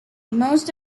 most